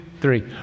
three